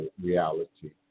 reality